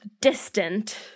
distant